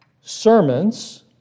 sermons